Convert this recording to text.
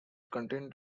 contain